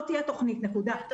לא תהיה תוכנית קרב, נקודה.